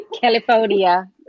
California